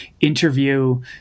interview